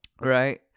Right